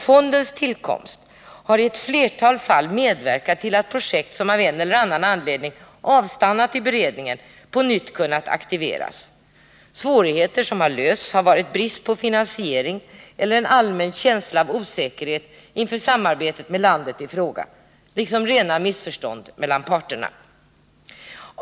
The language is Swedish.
Fondens tillkomst har i ett flertal fall medverkat till att projekt, som av en eller annan anledning hade avstannat i beredningen, på nytt har kunnat aktiveras. Svårigheter som har lösts har varit brist på finansiering, en allmän känsla av osäkerhet inför samarbetet med landet i fråga liksom rena missförstånd mellan parterna.